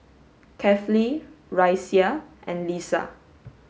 Kefli Raisya and Lisa